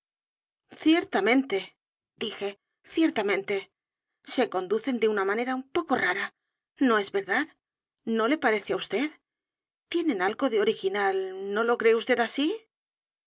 ciertamente dije ciertamente se conducen de una manera u n poco rara no es verdad no le parece á vd tienen algo de original no lo cree vd así